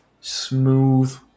smooth